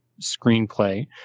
screenplay